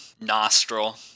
nostril